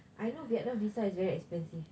I know vietnam visa is very expensive